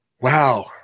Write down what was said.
wow